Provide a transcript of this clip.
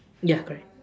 ya correct